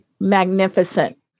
magnificent